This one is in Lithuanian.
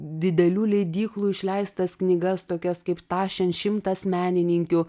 didelių leidyklų išleistas knygas tokias kaip tašen šimtas menininkių